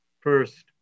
First